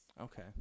Okay